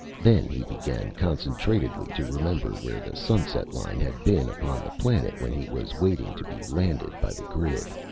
then he began concentratedly to remember where the sunset-line had been upon the planet when he was waiting to be landed by the grid.